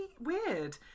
weird